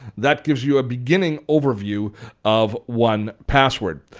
that gives you a beginning overview of one password.